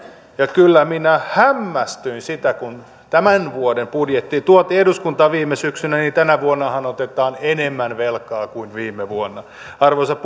ja kyllä minä hämmästyin sitä kun tämän vuoden budjetti tuotiin eduskuntaan viime syksynä että tänä vuonnahan otetaan enemmän velkaa kuin viime vuonna arvoisa